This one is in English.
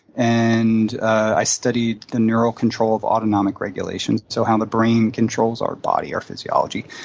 and i studied the neurocontrol of autonomic regulations, so how the brain controls our body, our physiology.